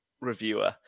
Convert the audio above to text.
reviewer